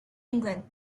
england